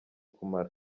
kamara